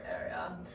area